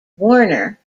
warner